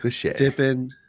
dipping